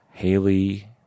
Haley